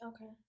okay